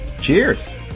Cheers